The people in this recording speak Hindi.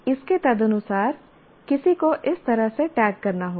इसके तदनुसार किसी को इस तरह से टैग करना होगा